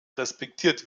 respektiert